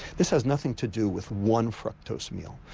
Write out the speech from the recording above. this has nothing to do with one fructose meal,